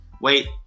wait